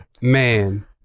Man